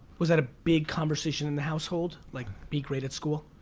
was that a big conversation in the household? like, be great at school?